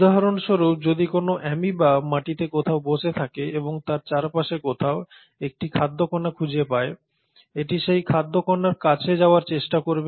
উদাহরণস্বরূপ যদি কোন অ্যামিবা মাটিতে কোথাও বসে থাকে এবং এটি আশেপাশে কোথাও একটি খাদ্য কণা খুঁজে পায় এটি সেই খাদ্য কণার কাছে যাওয়ার চেষ্টা করবে